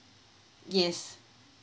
yes